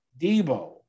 Debo